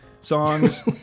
songs